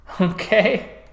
Okay